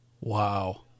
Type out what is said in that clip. Wow